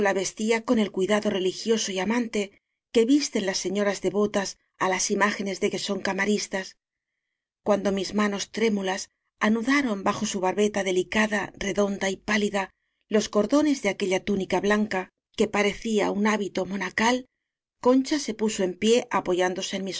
vestía con el cuidado religioso y amante que visten las señoras devotas á las imágenes de que son camaristas cuando mis manos trému las anudaron bajo su barbeta delicada re donda y pálida los cordones de aquella tú nica blanca que parecía un hábito monacal f concha se puso en pie apoyándose en